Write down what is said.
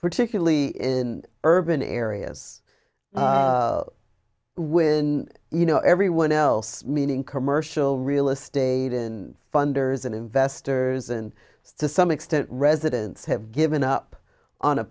particularly in urban areas within you know everyone else meaning commercial real estate in funders and investors and to some extent residents have given up on a